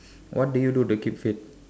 what do you do to keep fit